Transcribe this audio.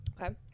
Okay